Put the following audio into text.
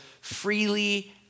freely